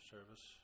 Service